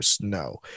no